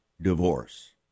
divorce